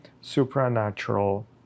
supernatural